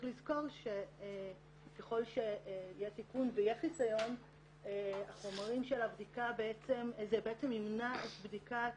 לזכור שככל שיהיה תיקון ויהיה חיסיון זה בעצם ימנע את בדיקת